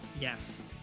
Yes